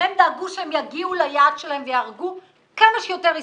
שהם דאגו שהם יגיעו ליעד שלהם ויהרגו כמה שיותר ישראלים,